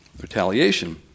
retaliation